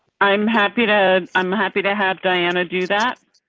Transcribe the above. i'm happy to i'm happy to have diana do that.